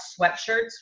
sweatshirts